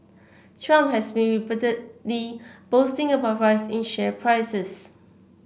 Trump has been repeatedly boasting about rise in share prices